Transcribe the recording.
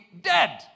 dead